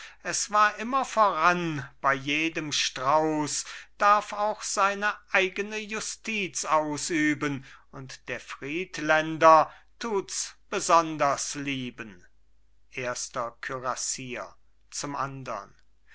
es war immer voran bei jedem strauß darf auch seine eigene justiz ausüben und der friedländer tuts besonders lieben erster kürassier zum andern